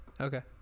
okay